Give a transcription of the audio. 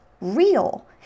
real